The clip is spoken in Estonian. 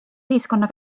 ühiskonna